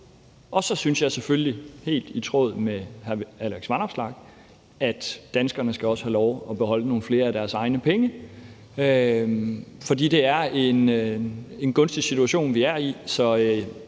Og så synes jeg selvfølgelig helt i tråd med hr. Alex Vanopslagh, at danskerne også skal have lov at beholde nogle flere af deres egne penge, for det er en gunstig situation, vi er i,